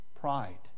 pride